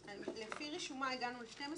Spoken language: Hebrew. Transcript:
לפי רישומיי הגענו לתקנה